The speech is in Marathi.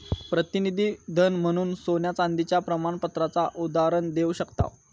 प्रतिनिधी धन म्हणून सोन्या चांदीच्या प्रमाणपत्राचा उदाहरण देव शकताव